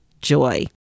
joy